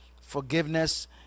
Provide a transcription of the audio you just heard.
forgiveness